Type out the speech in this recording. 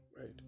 right